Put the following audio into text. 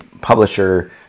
publisher